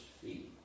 feet